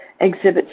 exhibit